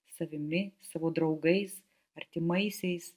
savimi savo draugais artimaisiais